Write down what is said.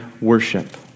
worship